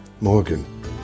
Morgan